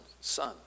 son